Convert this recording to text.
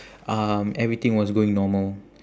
um everything was going normal